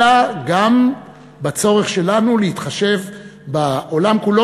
אלא גם בצורך שלנו להתחשב בעולם כולו,